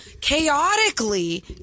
chaotically